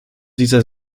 dieser